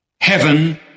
Heaven